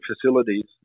facilities